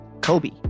Kobe